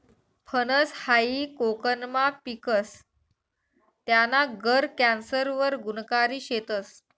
फनस हायी कोकनमा पिकस, त्याना गर कॅन्सर वर गुनकारी शेतस